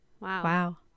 Wow